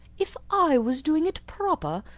if i was doing it proper,